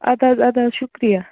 اَدٕ حظ اَدٕ حظ شُکریہ